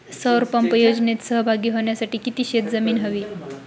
सौर पंप योजनेत सहभागी होण्यासाठी किती शेत जमीन हवी?